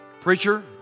Preacher